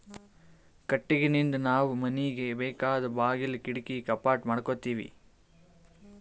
ಕಟ್ಟಿಗಿನಿಂದ್ ನಾವ್ ಮನಿಗ್ ಬೇಕಾದ್ ಬಾಗುಲ್ ಕಿಡಕಿ ಕಪಾಟ್ ಮಾಡಕೋತೀವಿ